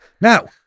Now